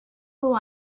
who